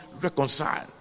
reconcile